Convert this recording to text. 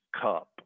cup